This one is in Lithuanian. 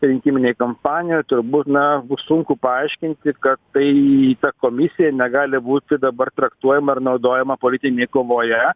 rinkiminėj kampanijoj turbūt na bus sunku paaiškinti kad tai ta komisija negali būt dabar traktuojama ar naudojama politinėj kovoje